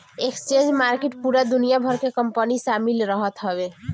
exchange market पूरा दुनिया भर के कंपनी शामिल रहत हवे